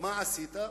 מה עשית?